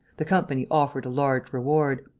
the company offered a large reward.